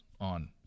on